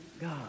God